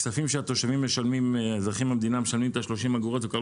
הכספים שהתושבים משלמים את ה-30 אגורות זה כבר